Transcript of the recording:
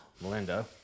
Melinda